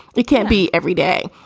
it can't be every day.